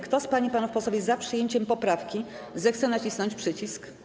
Kto z pań i panów posłów jest za przyjęciem poprawki, zechce nacisnąć przycisk.